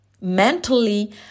Mentally